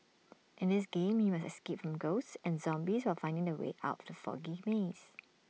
in this game you must escape from ghosts and zombies while finding the way out of the foggy maze